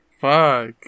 fuck